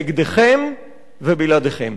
נגדכם ובלעדיכם.